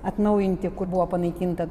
atnaujinti kur buvo panaikinta